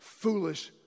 foolish